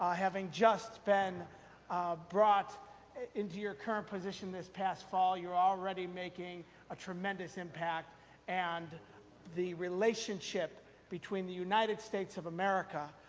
having just been brought into your current position this past fall. you're already making a tremendous impact and the relationship between the united states of america,